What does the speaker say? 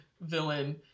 villain